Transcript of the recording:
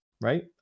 right